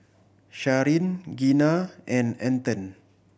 Sharyn Gina and Anton